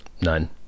none